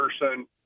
person